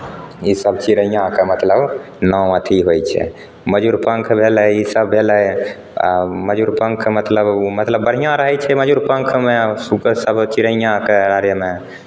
इसभ चिड़ैयाँके मतलब नाउँ अथि होइ छै मयूर पङ्ख भेलै इसभ भेलै आ मयूर पङ्ख मतलब मतलब बढ़िआँ रहै छै मयूर पङ्खमे ओकर सभ चिड़ैयाँके बारेमे